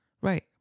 Right